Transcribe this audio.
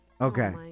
Okay